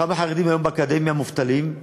כמה חרדים אקדמאים היום מובטלים?